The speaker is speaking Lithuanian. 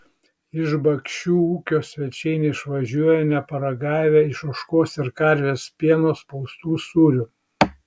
iš bakšių ūkio svečiai neišvažiuoja neparagavę iš ožkos ir karvės pieno spaustų sūrių